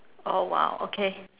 oh !wow! okay